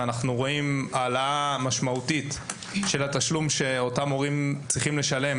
רואים העלאה משמעותית בתשלום שההורים צריכים לשלם